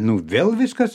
nu vėl viskas